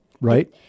right